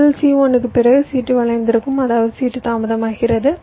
முதலில் C1 க்குப் பிறகு C2 வளைந்திருக்கும் அதாவது C2 தாமதமாகிறது